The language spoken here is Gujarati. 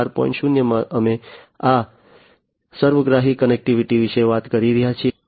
0 માં અમે આ સર્વગ્રાહી કનેક્ટિવિટી વિશે વાત કરી રહ્યા છીએ